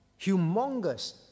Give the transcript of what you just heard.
humongous